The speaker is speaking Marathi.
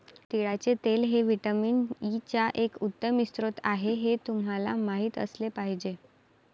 तिळाचे तेल हे व्हिटॅमिन ई चा एक उत्तम स्रोत आहे हे तुम्हाला माहित असले पाहिजे